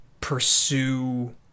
pursue